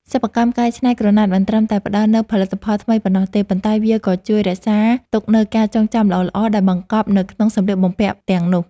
សិប្បកម្មកែច្នៃក្រណាត់មិនត្រឹមតែផ្ដល់នូវផលិតផលថ្មីប៉ុណ្ណោះទេ ប៉ុន្តែ វាក៏ជួយរក្សាទុកនូវការចងចាំល្អៗដែលបង្កប់នៅក្នុងសម្លៀកបំពាក់ទាំងនោះ។